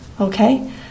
Okay